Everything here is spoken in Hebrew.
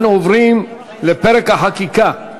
אנחנו עוברים לפרק החקיקה.